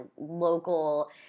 local